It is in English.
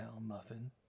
Muffin